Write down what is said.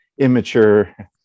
immature